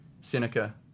seneca